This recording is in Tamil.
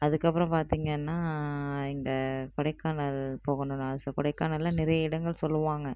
அதற்கப்பறம் பார்த்திங்கன்னா இந்த கொடைக்கானல் போகணுன்னு ஆசை கொடைக்கானலில் நிறைய இடங்கள் சொல்லுவாங்க